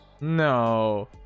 No